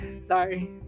sorry